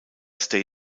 state